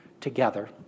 together